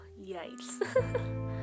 yikes